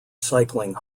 cycling